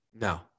No